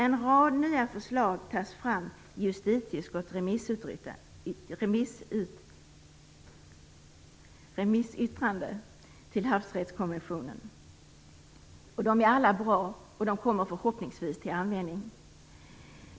En rad nya förslag tas fram i justitieutskottets remissyttrande till havsrättskonventionen. De är alla bra och kommer förhoppningsvis till användning.